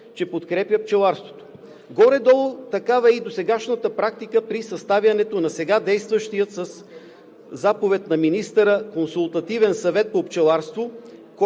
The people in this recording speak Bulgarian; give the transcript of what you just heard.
че подкрепя пчеларството. Горе-долу такава е и досегашната практика при съставянето на сега действащия със заповед на министъра Консултативен съвет по пчеларство,